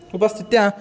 उपस्थाय